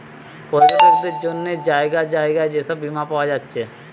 পর্যটকদের জন্যে জাগায় জাগায় যে সব বীমা পায়া যাচ্ছে